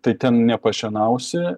tai ten nepašienausi